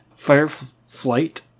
Fireflight